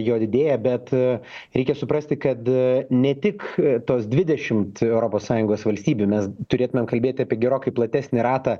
jo didėja bet reikia suprasti kad ne tik tos dvidešimt europos sąjungos valstybių mes turėtumėm kalbėti apie gerokai platesnį ratą